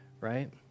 right